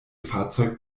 fahrzeug